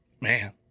man